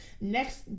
Next